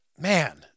man